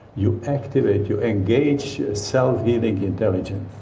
you activate, you engage a self-healing intelligence.